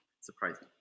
surprising